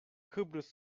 kıbrıs